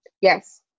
Yes